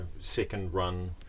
second-run